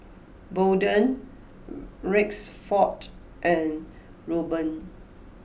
Bolden Rexford and Robyn